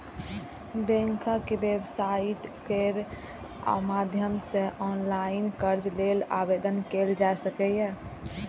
बैंकक वेबसाइट केर माध्यम सं ऑनलाइन कर्ज लेल आवेदन कैल जा सकैए